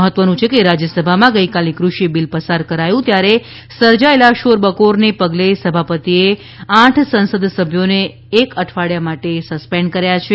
મહત્વનું છે કે રાજ્યસભામાં ગઈકાલે કૃષિ બિલ પસાર કરાયું ત્યારે સર્જાયેલા શોરબકોરને પગલે સભાપતિએ આઠ સંસદ સભ્યોને એક અઠવાડાય માટે સસ્પેન્ડ કર્યા છે